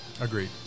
Agreed